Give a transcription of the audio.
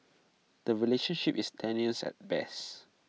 the relationship is tenuous at best